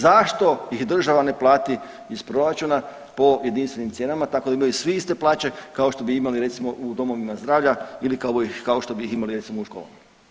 Zašto ih država ne plati iz proračuna po jedinstvenim cijenama tako da imaju svi iste plaće kao što bi imali recimo u domovima zdravlja ili kao što bi ih recimo imali u školama.